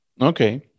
Okay